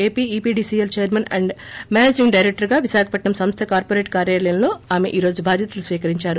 APEPDCL chairman and managing director గా విశాఖపట్నం సంస్ల corporate కార్యాలయంలో ్ఆమె ఈ రోజు బాధ్యతలు స్వీకరించారు